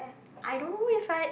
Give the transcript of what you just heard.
I don't know if I